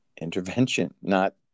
intervention—not